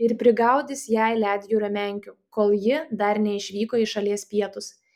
ir prigaudys jai ledjūrio menkių kol ji dar neišvyko į šalies pietus